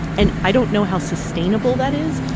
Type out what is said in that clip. and i don't know how sustainable that is,